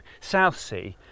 Southsea